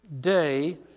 day